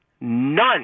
None